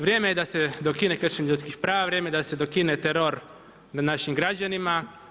Vrijeme je da se dokine kršenje ljudskih prava, vrijeme je da se dokine teror nad našim građanima.